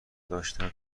داشتم